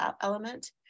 element